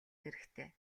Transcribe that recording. хэрэгтэй